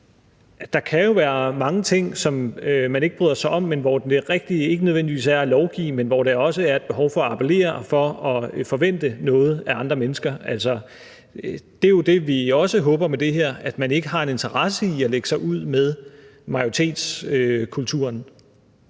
jo kan være mange ting, som man ikke bryder sig om, men hvor det rigtige ikke nødvendigvis er at lovgive, men hvor der også er et behov for at appellere til og forvente noget af andre mennesker. Det er jo det, vi også håber med det her, altså at man ikke har en interesse i at lægge sig ud med majoritetskulturen.